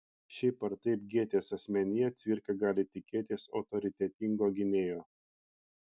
šiaip ar taip gėtės asmenyje cvirka gali tikėtis autoritetingo gynėjo